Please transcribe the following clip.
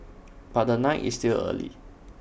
but the night is still early